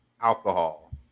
alcohol